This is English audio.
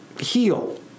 heal